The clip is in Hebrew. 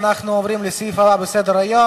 אנחנו עוברים לסעיף הבא בסדר-היום,